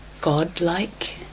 godlike